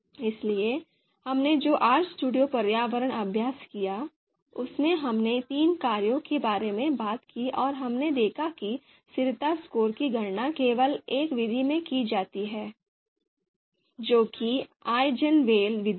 इसलिए हमने जो RStudio पर्यावरण अभ्यास किया उसमें हमने तीन कार्यों के बारे में बात की और हमने देखा कि स्थिरता स्कोर की गणना केवल एक विधि में की जाती है जो कि आइजनवेल विधि है